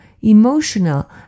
emotional